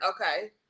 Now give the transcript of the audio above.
Okay